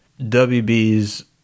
WB's